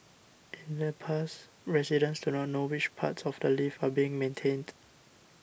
in the past residents do not know which parts of the lift are being maintained